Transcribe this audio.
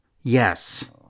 Yes